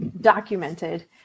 documented